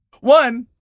One